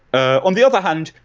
ah on the other hand,